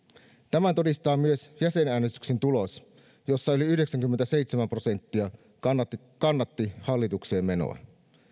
tämän todistaa myös jäsenäänestyksen tulos jossa yli yhdeksänkymmentäseitsemän prosenttia kannatti hallitukseen menoa